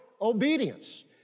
obedience